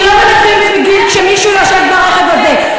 כי לא מנקבים צמיגים כשמישהו יושב ברכב הזה,